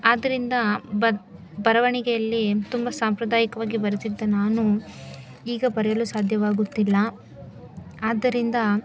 ಆದ್ದರಿಂದ ಬರ ಬರವಣಿಗೆಯಲ್ಲಿ ತುಂಬ ಸಾಂಪ್ರದಾಯಿಕವಾಗಿ ಬರೀತಿದ್ದ ನಾನು ಈಗ ಬರೆಯಲು ಸಾಧ್ಯವಾಗುತ್ತಿಲ್ಲ ಆದ್ದರಿಂದ